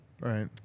Right